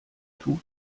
tut